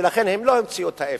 ולכן הם לא המציאו את האפס.